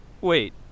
Wait